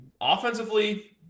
offensively